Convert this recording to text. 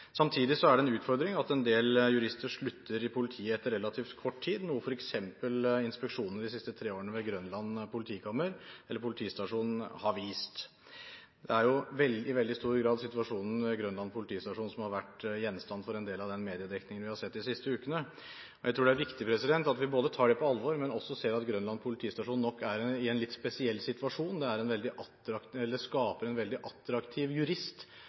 det en utfordring at en del jurister slutter i politiet etter relativt kort tid, noe f.eks. inspeksjoner de siste tre årene ved Grønland politistasjon har vist. Det er jo i veldig stor grad situasjonen ved Grønland politistasjon som har vært gjenstand for en del av den mediedekningen vi har sett de siste ukene. Jeg tror det er viktig at vi tar det på alvor, men også at vi ser at Grønland politistasjon nok er i en litt spesiell situasjon. Et opphold på Grønland politistasjon skaper en veldig attraktiv jurist,